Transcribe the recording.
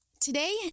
Today